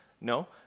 No